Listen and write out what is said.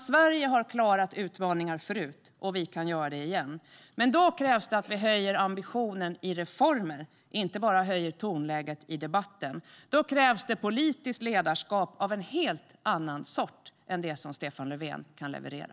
Sverige har klarat utmaningar förut, och vi kan göra det igen. Men då krävs att vi höjer ambitionen i reformer och inte bara höjer tonläget i debatten. Då krävs politiskt ledarskap av en helt annan sort än det som Stefan Löfven kan leverera.